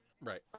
right